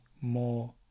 more